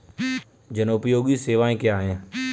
जनोपयोगी सेवाएँ क्या हैं?